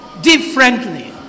Differently